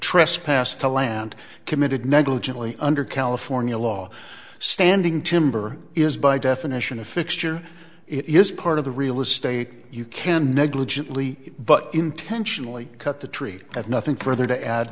trespass to land committed negligently under california law standing timber is by definition a fixture it is part of the real estate you can negligently but intentionally cut the tree have nothing further to add